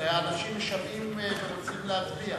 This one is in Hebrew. האנשים משוועים ורוצים להצביע.